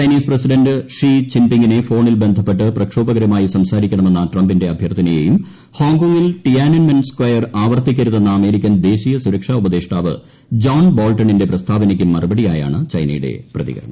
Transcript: Chinese president Xi ജിൻ പിങ്ങിനെ ഫോണിൽ ബന്ധപ്പെട്ട് പ്രക്ഷോഭകരുമായി സംസാരിക്കണമെന്ന ട്രംപിന്റെ അഭ്യർത്ഥനയേയും ഹോങ്കോങ്ങിൽ ടിയാൻമെൻ സ്ക്വയർ ആവർത്തിക്കരുതെന്ന അമേരിക്കൻ ദേശീയ സുരക്ഷാ ഉപദേഷ്ടാവ് ജോൺ ബോൾട്ടണിന്റെ പ്രസ്താവനയ്ക്കും മറുപടിയായാണ് ചൈനയുടെ പ്രതികരണം